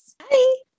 Hi